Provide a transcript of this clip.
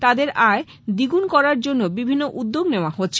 তাদের আয় আয় দ্বিগুণ করার জন্য বিভিন্ন উদ্যোগ নেওয়া হচ্ছে